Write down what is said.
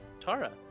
Tara